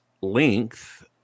length